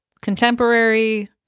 contemporary